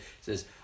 says